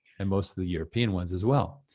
and most of the european ones as well.